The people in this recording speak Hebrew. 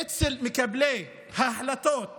אצל מקבלי ההחלטות בממשלה,